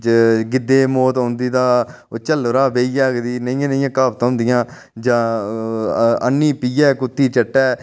जे गिद्दे ई मौत औंदी तां ओह् झल्लै रा बेहियै हगदी नेहियां नेहियां क्हावतां होंदियां जां हन्नी पीह्यै कुत्ती चट्टै